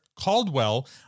Caldwell